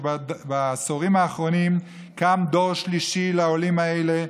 שבעשורים האחרונים קם דור שלישי לעולים האלה,